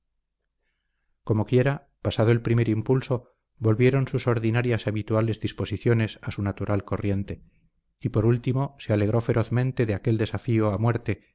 altanerías comoquiera pasado el primer impulso volvieron sus ordinarias y habituales disposiciones a su natural corriente y por último se alegró ferozmente de aquel desafío a muerte